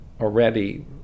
already